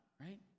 right